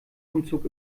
umzug